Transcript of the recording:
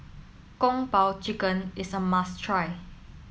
Kung po Chicken is a must try